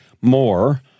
more